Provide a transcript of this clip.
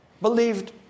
believed